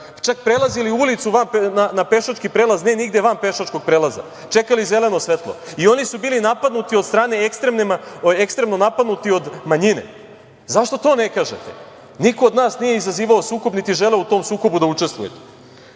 čak prelazili ulicu na pešački prelaz, ne, nigde van pešačkog prelaza. Čekali zeleno svetlo. Oni su bili napadnuti od ekstremno od manjine. Zašto to ne kažete? Niko od nas nije izazivao sukob, niti želeo u tom sukobu da učestvuje.Zašto